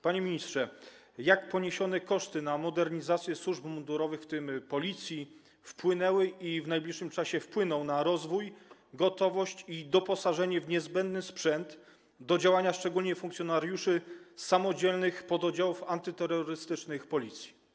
Panie ministrze, jak koszty poniesione na modernizację służb mundurowych, w tym Policji, wpłynęły i w najbliższym czasie wpłyną na rozwój, gotowość i doposażenie w niezbędny sprzęt do działania funkcjonariuszy, szczególnie samodzielnych pododdziałów antyterrorystycznych Policji?